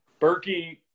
Berkey